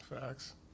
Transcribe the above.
Facts